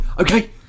Okay